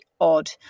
odd